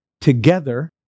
together